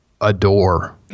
adore